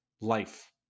life